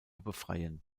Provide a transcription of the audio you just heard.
befreien